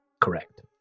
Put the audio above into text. Correct